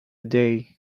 day